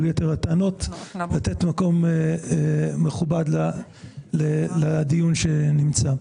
יתר הטענות ולתת מקום מכובד לדיון שנמצא.